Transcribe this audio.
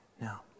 Now